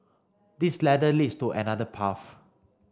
this ladder leads to another path